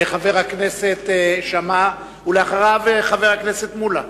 חבר הכנסת שאמה, ואחריו, חבר הכנסת מולה.